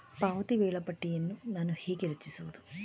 ಪಾವತಿ ವೇಳಾಪಟ್ಟಿಯನ್ನು ನಾನು ಹೇಗೆ ರಚಿಸುವುದು?